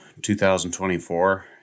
2024